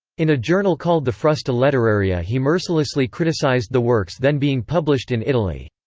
in a journal called the frusta letteraria he mercilessly criticized the works then being published in italy.